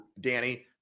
Danny